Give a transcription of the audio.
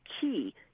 key